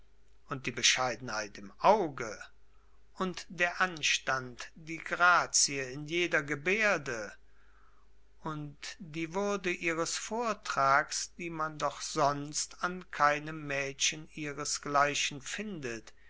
und die bescheidenheit im auge und der anstand die grazie in jeder gebärde und die würde ihres vortrags die man doch sonst an keinem mädchen ihresgleichen findet